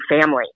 family